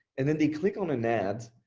and then they click on an ad.